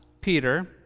Peter